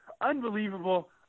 Unbelievable